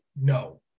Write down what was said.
No